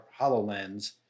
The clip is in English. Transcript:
HoloLens